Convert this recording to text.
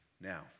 now